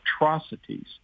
atrocities